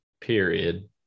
period